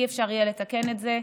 לא יהיה אפשר לתקן את זה,